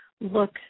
look